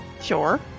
Sure